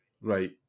right